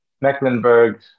Mecklenburg